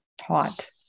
hot